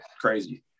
crazy